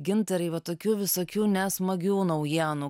gintarai va tokių visokių nesmagių naujienų